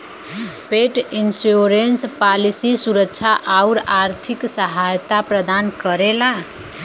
पेट insurance policy सुरक्षा आउर आर्थिक सहायता प्रदान करेला